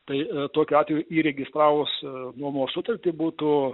tai tokiu atveju įregistravus nuomos sutartį būtų